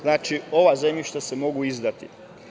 Znači, ova zemljišta se mogu izdati.